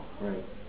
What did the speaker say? Right